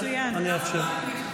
אני אאפשר.